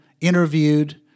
interviewed